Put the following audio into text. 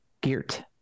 Geert